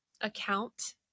account